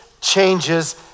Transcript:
changes